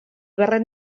barret